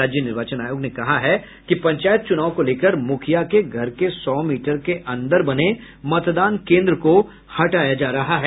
राज्य निर्वाचन आयोग ने कहा कि पंचायत चुनाव को लेकर मुखिया के घर के सौ मीटर के अन्दर बने मतदान केन्द्र को हटाया जा रहा है